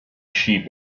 sheep